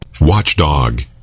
Watchdog